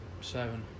Seven